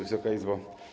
Wysoka Izbo!